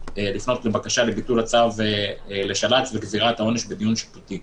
לפנות בבקשה לביטול הצו לשל"צ וגזירת העונש בדיון שיפוטי.